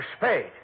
Spade